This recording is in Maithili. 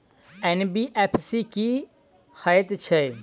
एन.बी.एफ.सी की हएत छै?